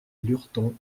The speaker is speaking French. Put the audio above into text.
lurton